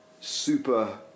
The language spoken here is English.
super